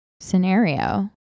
scenario